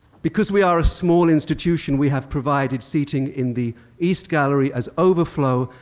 because we are a small institution, we have provided seating in the east gallery as overflow,